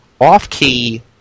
off-key